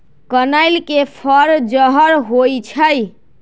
कनइल के फर जहर होइ छइ